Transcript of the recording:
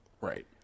Right